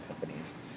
companies